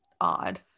odd